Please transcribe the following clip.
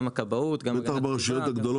גם הכבאות --- בטח ברשויות הגדולות יש את זה.